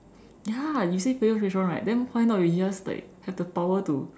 ya you say favourite restaurant right then why not you just like have the power to